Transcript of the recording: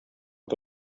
que